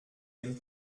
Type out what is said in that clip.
dem